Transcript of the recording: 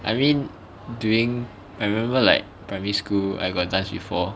I mean during I remember like primary school I got dance before